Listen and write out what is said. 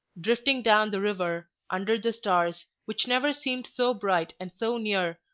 drifting down the river, under the stars, which never seemed so bright and so near,